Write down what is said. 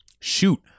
shoot